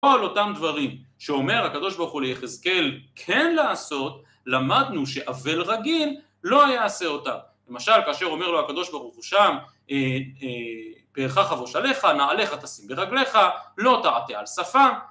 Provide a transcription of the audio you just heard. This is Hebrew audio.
כל אותם דברים שאומר הקדוש ברוך הוא ליחזקאל כן לעשות, למדנו שאבל רגיל לא יעשה אותם. למשל, כאשר אומר לו הקדוש ברוך הוא שם, "פארך חבוש עליך, נעליך תשים ברגליך, לא תעטה על שפם".